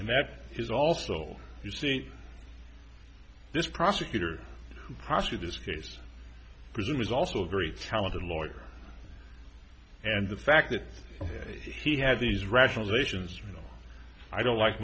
and that is also you see this prosecutor who prosecute this case presume is also a very talented lawyer and the fact that he had these rationalizations you know i don't like